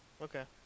okay